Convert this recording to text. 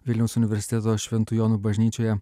vilniaus universiteto šventų jonų bažnyčioje